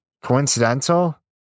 Coincidental